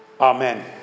Amen